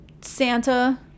Santa